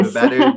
better